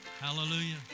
Hallelujah